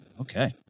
Okay